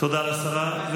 תודה לשרה.